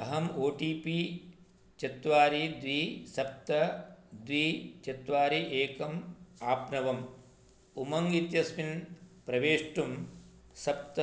अहम् O T P चत्वारि द्वे सप्त द्वे चत्वारि एकम् आप्नवम् उमङ्ग् इत्यस्मिन् प्रवेष्टुं सप्त